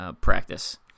practice